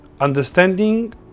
understanding